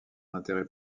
intérêt